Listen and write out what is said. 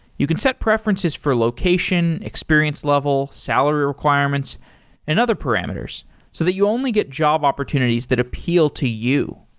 you can set preferences for location, experience level, salary requirements and other parameters so that you only get job opportunities that appeal to you.